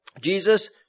Jesus